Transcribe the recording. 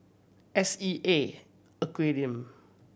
S E A Aquarium